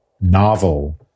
novel